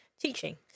teaching